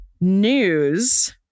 news